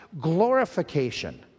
Glorification